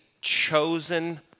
chosen